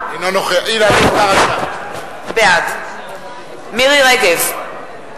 בעד מירי רגב,